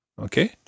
Okay